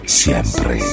siempre